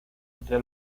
entre